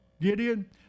Gideon